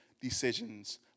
decisions